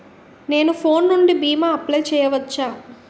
నేను ఫోన్ నుండి భీమా అప్లయ్ చేయవచ్చా?